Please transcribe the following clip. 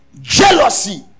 jealousy